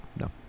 No